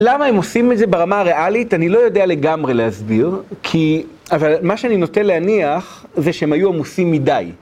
למה הם עושים את זה ברמה הריאלית? אני לא יודע לגמרי להסביר, כי... אבל מה שאני נוטה להניח זה שהם היו עמוסים מדי.